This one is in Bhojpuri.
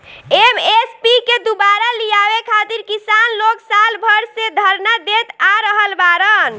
एम.एस.पी के दुबारा लियावे खातिर किसान लोग साल भर से धरना देत आ रहल बाड़न